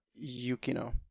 yukino